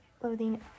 clothing